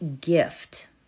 gift